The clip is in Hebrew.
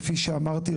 כפי שאמרתי,